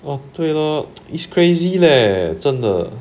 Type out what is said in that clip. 哦对咯 is crazy leh 真的